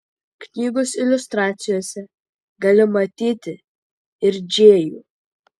knygos iliustracijose gali matyti ir džėjų